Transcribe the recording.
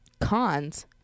cons